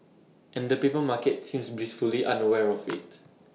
and the paper market seems blissfully unaware of IT